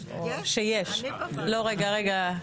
יש, אני בוועדה.